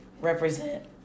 represent